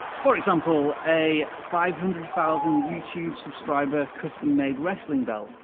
for example, a five hundred thousand youtube subscriber, custom-made wrestling belt.